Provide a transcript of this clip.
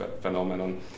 phenomenon